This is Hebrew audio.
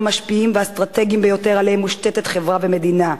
המשפיעים והאסטרטגיים ביותר שעליהם מושתתות חברה ומדינה: